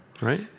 Right